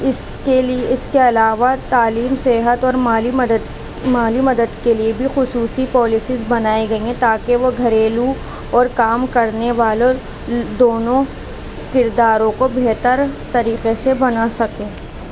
اس کے لیے اس کے علاوہ تعلیم صحت اور مالی مدد مالی مدد کے لیے بھی خصوصی پالیسیز بنائے گئ ہیں تاکہ وہ گھریلو اور کام کرنے والوں دونوں کرداروں کو بہتر طریقے سے بنا سکیں